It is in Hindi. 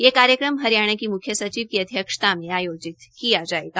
यह कार्यक्रम हरियाणा की मुख्य सचिव की अध्यक्षता में आयोजित किया जाएगा